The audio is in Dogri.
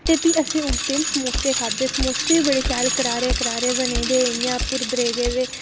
ते प्ही असें उस दिन समोसे खाद्धे समोसे बड़े शैल बड़े करारे करारे बने दे हे इंया भुरबरे दे गेदे